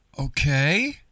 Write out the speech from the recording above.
okay